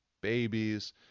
babies